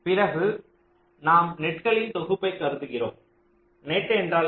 பிறகு நாம் நெட்களின் தொகுப்பைக் கருதுகிறோம் நெட் என்றால் என்ன